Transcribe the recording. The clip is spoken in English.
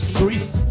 Streets